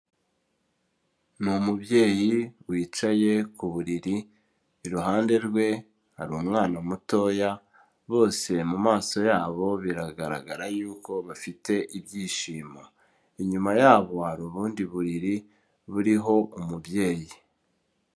Ni umubyeyi wicaye ku buriri, iruhande rwe hari umwana mutoya, bose mu maso yabo biragaragara yuko bafite ibyishimo. Inyuma yabo hari ubundi buriri buriho umubyeyi.